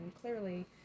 clearly